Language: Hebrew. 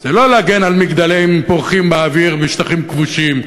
זה לא להגן על מגדלים פורחים באוויר ושטחים כבושים,